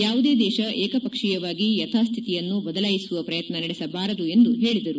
ಯಾವುದೇ ದೇಶ ಏಕಪಕ್ಷೀಯವಾಗಿ ಯಥಾಸ್ಹಿತಿಯನ್ನು ಬದಲಾಯಿಸುವ ಪ್ರಯತ್ನ ನಡೆಸಬಾರದು ಎಂದು ಹೇಳದರು